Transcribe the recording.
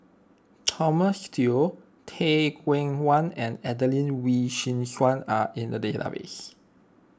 Thomas Yeo Teh Cheang Wan and Adelene Wee Chin Suan are in the database